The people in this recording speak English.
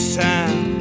time